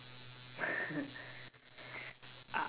uh